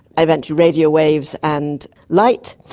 eventually radio waves, and light.